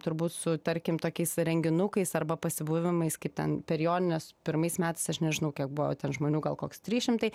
turbūt su tarkim tokiais renginukais arba pasibuvimais kaip ten per jonines pirmais metais aš nežinau kiek buvo ten žmonių gal koks trys šimtai